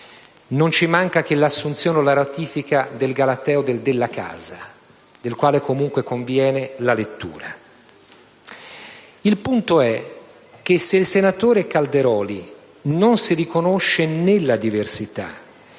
Non ci manca che l'assunzione o la ratifica del galateo di Giovanni Della Casa, del quale comunque conviene la lettura. Il punto è che, se il senatore Calderoli non si riconosce nella diversità